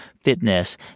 fitness